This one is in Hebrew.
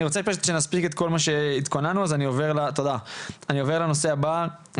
אני עובר לנושא הבא,